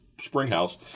springhouse